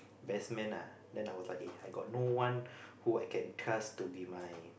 best man lah then I was like eh I got no one who I can task to be my